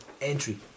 Entry